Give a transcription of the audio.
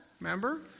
Remember